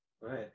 right